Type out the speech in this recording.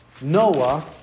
Noah